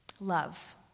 Love